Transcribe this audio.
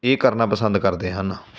ਇਹ ਕਰਨਾ ਪਸੰਦ ਕਰਦੇ ਹਨ